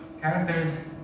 characters